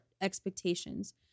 expectations